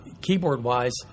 keyboard-wise